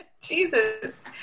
Jesus